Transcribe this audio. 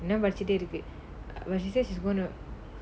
இன்னும் படிச்சிட்டே இருக்கு:innum padichittae irukku but she says she's going to